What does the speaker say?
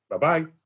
Bye-bye